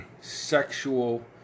sexual